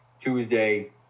Tuesday